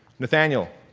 nathaniel,